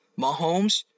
Mahomes